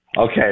Okay